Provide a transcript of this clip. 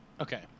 okay